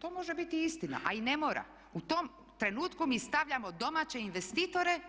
To može biti istina, a i ne mora. u tom trenutku mi stavljamo domaće investitore